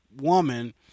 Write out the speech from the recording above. woman